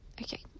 Okay